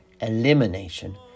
elimination